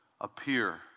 appear